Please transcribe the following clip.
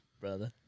brother